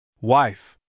Wife